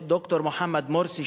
את ד"ר מוחמד מורסי,